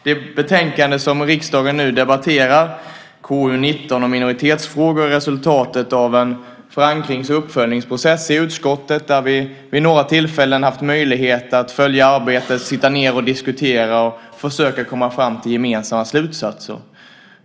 Det betänkande som riksdagen nu debatterar, KU19 om minoritetsfrågor, är resultatet av en förankrings och uppföljningsprocess i utskottet där vi vid några tillfällen har haft möjlighet att följa arbetet, att sitta ned och diskutera och försöka komma fram till gemensamma slutsatser.